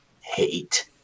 hate